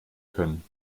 können